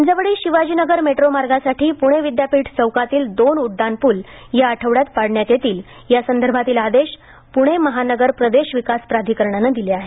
Hinjawadi Shivajinagar metro मार्गासाठी प्णे विद्यापीठ चौकातील दोन उड्डाणपूल या आठवड्यात पाडण्यात येतील या संदर्भातील आदेश पुणे महानगर प्रदेश विकास प्राधिकरणाने दिले आहेत